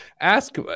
ask